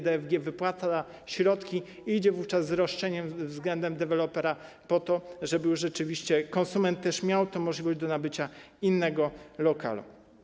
DFG wypłaca środki i idzie wówczas z roszczeniem względem dewelopera po to, żeby rzeczywiście konsument też miał możliwość nabycia innego lokalu.